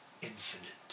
infinite